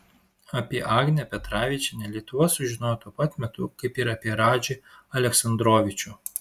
apie agnę petravičienę lietuva sužinojo tuo pat metu kaip ir apie radžį aleksandrovičių